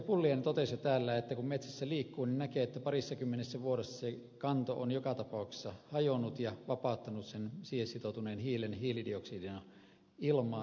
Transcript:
pulliainen totesi jo täällä että kun metsissä liikkuu niin näkee että parissakymmenessä vuodessa se kanto on joka tapauksessa hajonnut ja vapauttanut siihen sitoutuneen hiilen hiilidioksidina ilmaan